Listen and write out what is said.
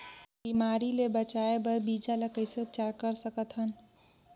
बिमारी ले बचाय बर बीजा ल कइसे उपचार कर सकत हन?